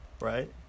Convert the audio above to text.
right